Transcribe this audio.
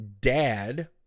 dad